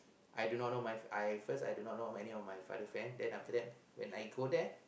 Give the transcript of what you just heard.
I do not know my I at first I do not know any of my father's friend lah then after that when I go there